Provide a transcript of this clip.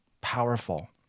powerful